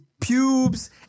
pubes